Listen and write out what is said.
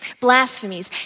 Blasphemies